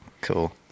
Cool